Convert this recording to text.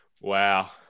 Wow